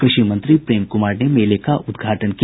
कृषि मंत्री प्रेम कुमार ने मेले का उद्घाटन किया